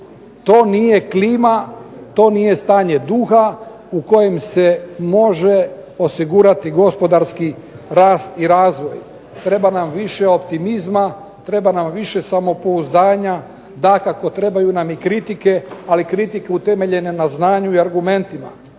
To nije klima, to nije stanje duha u kojem se može osigurati gospodarski rast i razvoj. treba nam više optimizma, treba nam više samopouzdanja. Dakako, trebaju nam i kritike, ali kritike utemeljene na znanju i argumentima.